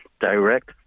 direct